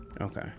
Okay